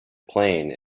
plane